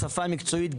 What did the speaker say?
בשפה המקצועית,